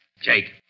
Jake